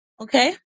okay